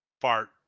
fart